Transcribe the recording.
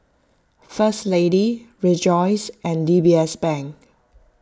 First Lady Rejoice and D B S Bank